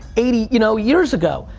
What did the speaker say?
eighty you know years ago.